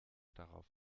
darauf